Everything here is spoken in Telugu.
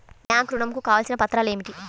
బ్యాంక్ ఋణం కు కావలసిన పత్రాలు ఏమిటి?